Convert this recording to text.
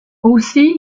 aussi